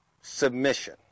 submission